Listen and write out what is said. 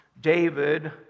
David